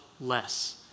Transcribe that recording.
less